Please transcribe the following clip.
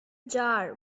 jar